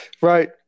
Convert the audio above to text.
Right